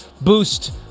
boost